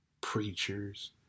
preachers